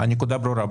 הנקודה ברורה.